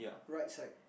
right side